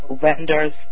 vendors